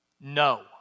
no